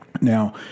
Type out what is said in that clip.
Now